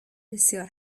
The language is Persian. بسیار